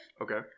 okay